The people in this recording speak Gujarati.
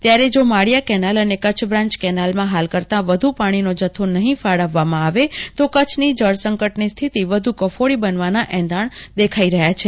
ત્યારે જો માળિયા કેનાલ અને કચ્છ બ્રાન્ચ કેનાલમાં હાલ કરતાં વધુ પાણીનો જથ્થો નહિ ફાળવવવામાં આવે તો કચ્છની જળસંકટની સ્થિતી વધ્ કફોડી બનવાના એંધાણ દેખાળઇ રહ્યા છે